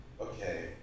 Okay